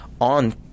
on